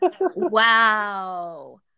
wow